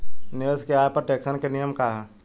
निवेश के आय पर टेक्सेशन के नियम का ह?